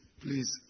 please